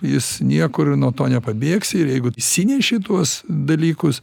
jis niekur nuo to nepabėgs ir jeigu išsineši tuos dalykus